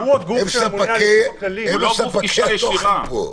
הם לא גוף גישה ישירה.